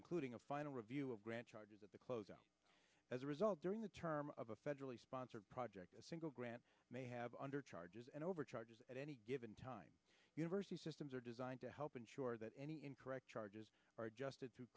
including a final review of grant charges of the close up as a result during the term of a federally sponsored project a single grant may have under charges and over charges at any given time university systems are designed to help ensure that any incorrect charges are adjust